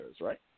right